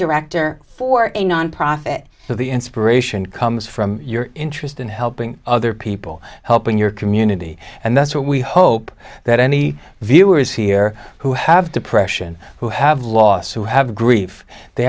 director for a nonprofit so the inspiration comes from your interest in helping other people helping your community and that's what we hope that any viewers here who have depression who have lost who have grief they